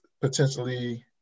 potentially